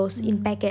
mm